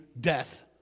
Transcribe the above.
death